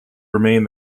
remain